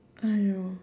!aiyo!